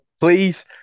please